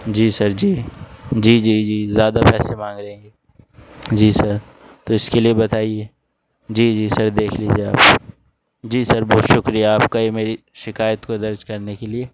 جی sir جی جی جی جی زیادہ پیسے مانگ رہے ہیں یہ جی سر تو اس کے لیے بتائیے جی جی سر دیکھ لیجیے آپ جی سر بہت شکریہ آپ کا یہ میری شکایت کو درج کرنے کے لیے